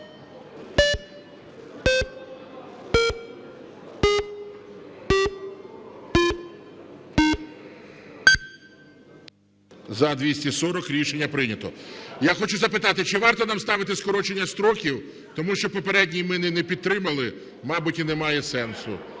За-240 Рішення прийнято. Я хочу запитати, чи варто нам ставити скорочення строків. Тому що попередній ми не підтримали, мабуть, і немає сенсу.